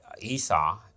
Esau